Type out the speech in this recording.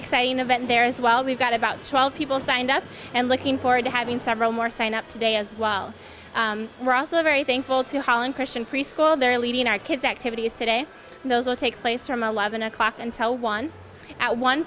exciting event there as well we've got about twelve people signed up and looking forward to having several more sign up today as well ross a very thankful to holland christian preschool they're leading our kids activities today and those will take place from eleven o'clock until one out one